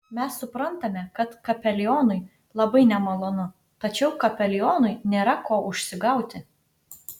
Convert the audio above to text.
mes suprantame kad kapelionui labai nemalonu tačiau kapelionui nėra ko užsigauti